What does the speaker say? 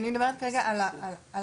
אני מדברת כרגע על קבלת